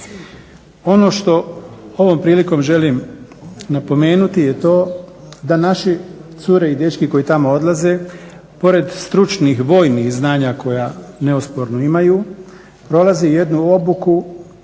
Ono što ovom prilikom želim napomenuti je to da naši cure i dečki koji tamo odlaze pored stručnih vojnih znanja koja neosporno imaju prolazi jednu obuku upoznavanja